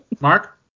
Mark